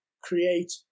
create